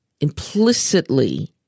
implicitly